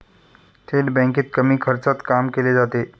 थेट बँकेत कमी खर्चात काम केले जाते